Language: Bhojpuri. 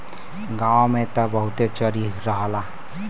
गांव में त बहुते चरी रहला